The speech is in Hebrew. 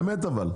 באמת.